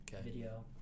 Video